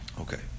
Okay